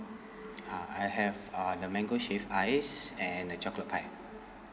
uh I'll have uh the mango shaved ice and a chocolate pie